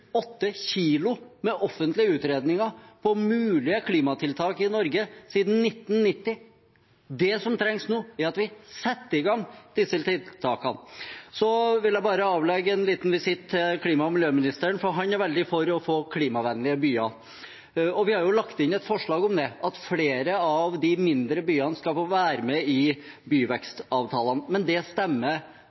åtte kilo med offentlige utredninger av mulige klimatiltak i Norge siden 1990. Det som trengs nå, er at vi setter i gang disse tiltakene. Jeg vil bare avlegge en liten visitt til klima- og miljøministeren, for han er veldig for å få klimavennlige byer. Vi har lagt inn et forslag om det, at flere av de mindre byene skal få være med i byvekstavtalene, men det stemmer